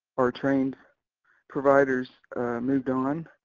our trained providers moved on.